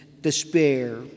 despair